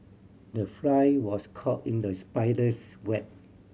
the fly was caught in the spider's web